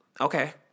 okay